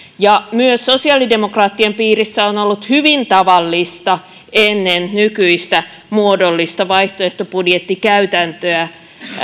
myös sosiaalidemokraattien piirissä on on ollut hyvin tavallista ennen nykyistä muodollista vaihtoehtobudjettikäytäntöä